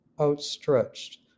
outstretched